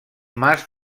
mas